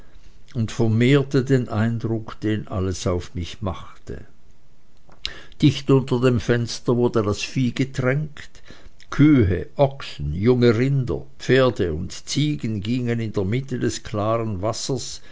und vermehrte den eindruck den alles auf mich machte dicht unter dem fenster wurde vieh getränkt kühe ochsen junge rinder pferde und ziegen gingen in der mitte des klaren wassers